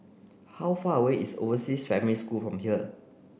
how far away is Overseas Family School from here